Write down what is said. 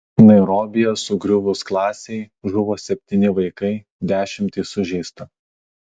nairobyje sugriuvus klasei žuvo septyni vaikai dešimtys sužeista